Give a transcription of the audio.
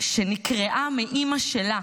נקרעה מאימא שלה,